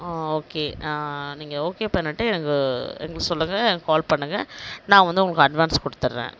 okay நீங்கள் okay பண்ணிட்டு எனக்கு எங்களுக்கு சொல்லுங்க எனக்கு கால் பண்ணுங்க நான் வந்து உங்களுக்கு அட்வான்ஸ் கொடுத்துட்றேன்